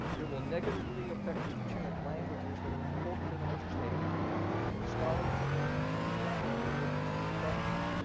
it will negatively affect teaching of languages that are important in our state and for scholarship and teaching in latin american so studies.